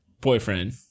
boyfriend